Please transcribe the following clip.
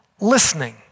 listening